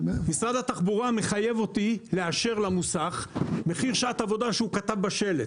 משרד התחבורה מחייב אותי לאשר למוסך מחיר שעת עבודה שהוא כתב בשלט.